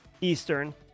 Eastern